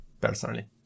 personally